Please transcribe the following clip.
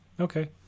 Okay